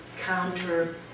counter